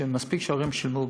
ומספיק שההורים שילמו ביטוח.